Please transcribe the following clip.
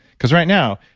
because right now,